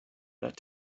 that